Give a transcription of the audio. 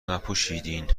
نپوشیدین